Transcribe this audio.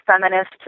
feminist